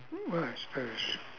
mm I suppose